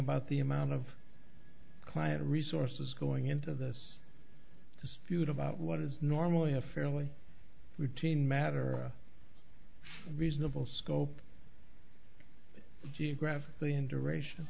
about the amount of client resources going into this dispute about what is normally a fairly routine matter reasonable scope geographically and duration